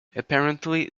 apparently